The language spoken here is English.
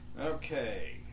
Okay